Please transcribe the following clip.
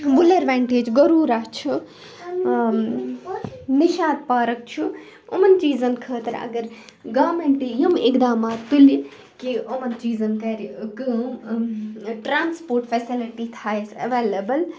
Wular vintage گٔروٗرَہ چھُ ٲں نِشاط پارَک چھُ یِمَن چیٖزَن خٲطرٕ اَگر گورمیٚنٹ یِم اِقدامات تُلہِ کہِ یِمَن چیٖزَن کَرِ کٲم ٹرٛانسپوٹ فیٚسَلَٹی تھاے اسہِ ایٚولیبٕل